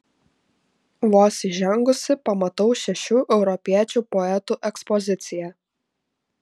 vos įžengusi pamatau šešių europiečių poetų ekspoziciją